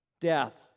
death